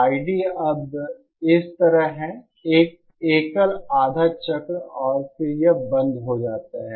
ID अब इस तरह है एक एकल आधा चक्र और फिर यह बंद हो जाता है